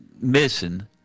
missing